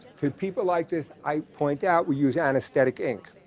to people like this, i point out we use anesthetic ink.